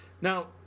Now